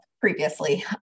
previously